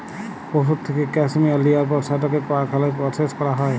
পশুর থ্যাইকে ক্যাসমেয়ার লিয়ার পর সেটকে কারখালায় পরসেস ক্যরা হ্যয়